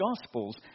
Gospels